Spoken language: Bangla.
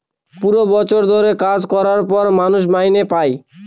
পুরো বছর ধরে কাজ করার পর মানুষ মাইনে পাই